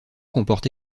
comporte